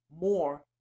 more